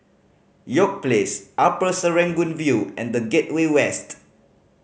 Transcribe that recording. York Place Upper Serangoon View and The Gateway West